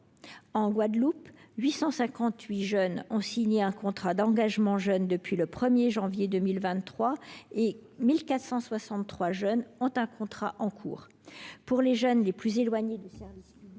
En Guadeloupe, 858 jeunes ont signé un contrat d’engagement jeune depuis le 1 janvier 2023 et 1 463 jeunes ont un contrat en cours.